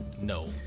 No